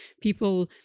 people